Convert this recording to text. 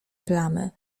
plamy